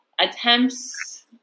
attempts